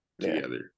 together